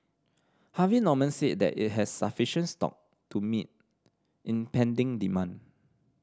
Harvey Norman said that it has sufficient stock to meet impending demand